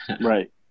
Right